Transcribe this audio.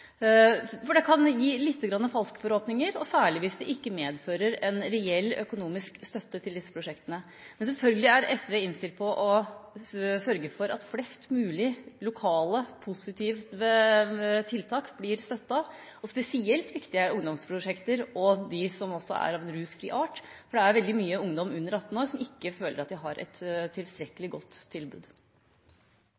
for det kan gi falske forhåpninger, særlig hvis det ikke medfører en reell økonomisk støtte til disse prosjektene. Men selvfølgelig er SV innstilt på å sørge for at flest mulig lokale positive tiltak blir støttet, og spesielt viktig er ungdomsprosjekter og de som også er av rusfri art, for det er veldig mye ungdom under 18 år som ikke føler at de har et